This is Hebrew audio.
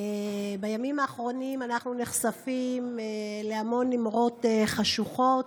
בימים האחרונים אנחנו נחשפים להמון אמרות חשוכות,